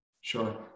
Sure